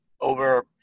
over